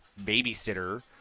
babysitter